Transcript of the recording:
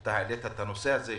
אתה העלית את הנושא הזה,